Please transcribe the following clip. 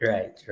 Right